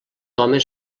homes